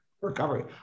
recovery